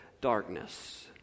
darkness